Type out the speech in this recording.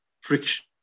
friction